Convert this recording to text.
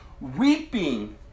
weeping